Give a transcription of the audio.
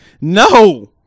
No